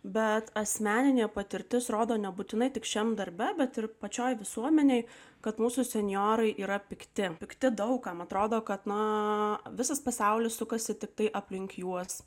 bet asmeninė patirtis rodo nebūtinai tik šiam darbe bet ir pačioje visuomenėje kad mūsų senjorai yra pikti pikti daug kam atrodo kad nuo visas pasaulis sukasi tiktai aplink juos